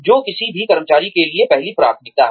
जो किसी भी कर्मचारी के लिए पहली प्राथमिकता है